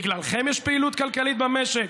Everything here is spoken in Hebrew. בגללכם יש פעילות כלכלית במשק?